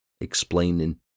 explaining